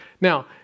Now